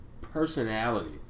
personality